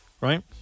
Right